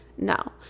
No